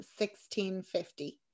1650